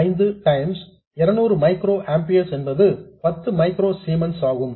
05 times 200 micro amperes என்பது 10 micro siemens ஆகும்